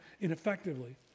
ineffectively